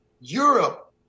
Europe